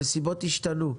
הנסיבות השתנו.